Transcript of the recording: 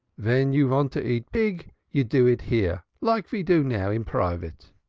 ven you vant to eat pig, you do it here, like ve do now, in private.